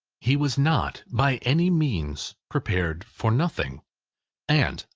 he was not by any means prepared for nothing and,